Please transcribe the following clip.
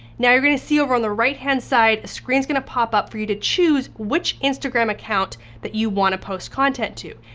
now, you're gonna see over on the right-hand side, a screen's gonna pop up for you to choose which instagram account that you wanna post content to.